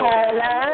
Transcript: Hello